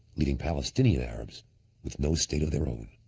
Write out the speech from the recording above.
leading palestinian arabs with no state of their own.